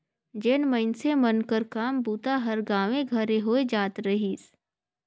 जेन मइनसे मन कर काम बूता हर गाँवे घरे होए जात रहिस